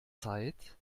zeit